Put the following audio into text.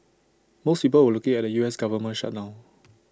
most people were looking at the U S Government shutdown